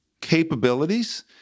capabilities